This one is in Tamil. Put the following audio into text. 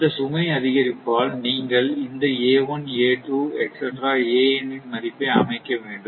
இந்த சுமை அதிகரிப்பால் நீங்கள் இந்த ன் மதிப்பை அமைக்க வேண்டும்